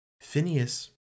Phineas